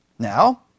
Now